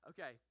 Okay